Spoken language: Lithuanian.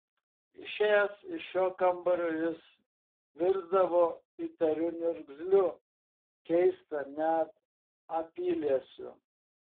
išėjęs iš šio kambario jis virsdavo įtariu niurgzliu keista net apyliesiu